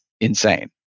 insane